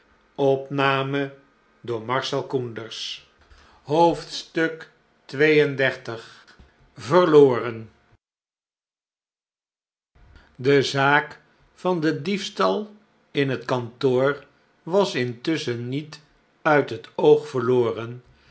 xxxii vbbloken de zaak van den diefstal in het kantoor was intusschen niet uit het oog verloren